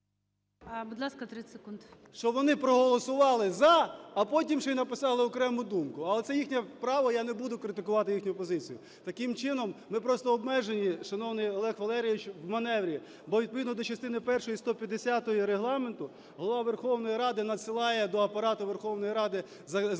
що вони проголосували "за", а потім ще й написали окрему думку. Але це їхнє право, і я не буду критикувати їхню позицію. Таким чином, ми просто обмежені, шановний Олег Валерійович, у маневрі, бо відповідно до частини першої 150-ї Регламенту Голова Верховної Ради надсилає до Апарату Верховної Ради законопроект,